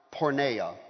porneia